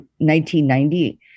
1990